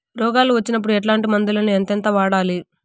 రోగాలు వచ్చినప్పుడు ఎట్లాంటి మందులను ఎంతెంత వాడాలి?